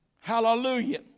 Hallelujah